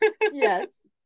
yes